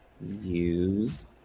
use